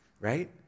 Right